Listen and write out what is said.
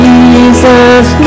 Jesus